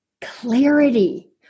clarity